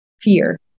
fear